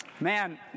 man